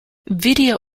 video